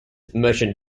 merchant